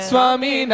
Swami